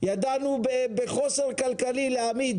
במצב של מחסור כלכלי ידענו